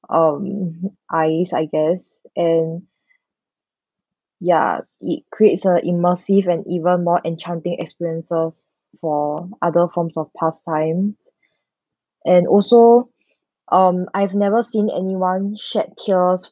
um eyes I guess and ya it creates a immersive and even more enchanting experiences for other forms of pastimes and also um I've never seen anyone shed tears